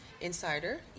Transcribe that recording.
insider